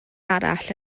arall